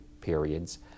periods